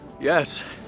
Yes